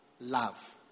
love